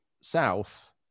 south